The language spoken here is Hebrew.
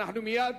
מייד